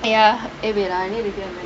ya eh wait ah I need to go and